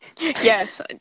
Yes